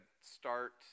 start